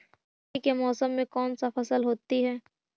ठंडी के मौसम में कौन सा फसल होती है?